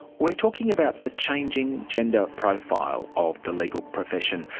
we are talking about the changing gender profile of the legal profession.